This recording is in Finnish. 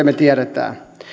me tiedämme